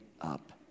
up